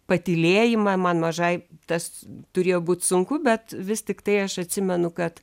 patylėjimą man mažai tas turėjo būt sunku bet vis tiktai aš atsimenu kad